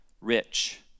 rich